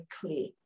clear